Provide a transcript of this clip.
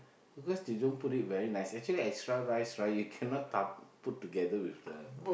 because they don't put it very nice actually extra rice right you cannot dabao put together with the